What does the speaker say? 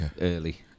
early